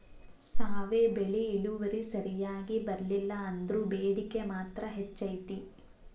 ಸಾವೆ ಬೆಳಿ ಇಳುವರಿ ಸರಿಯಾಗಿ ಬರ್ಲಿಲ್ಲಾ ಅಂದ್ರು ಬೇಡಿಕೆ ಮಾತ್ರ ಹೆಚೈತಿ